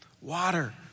Water